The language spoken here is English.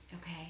okay